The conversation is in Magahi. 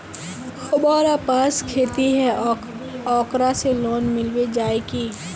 हमरा पास खेती है ओकरा से लोन मिलबे जाए की?